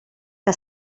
que